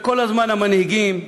כל הזמן המנהיגים,